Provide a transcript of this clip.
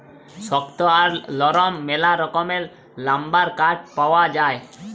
শক্ত আর লরম ম্যালা রকমের লাম্বার কাঠ পাউয়া যায়